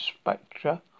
Spectra